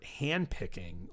handpicking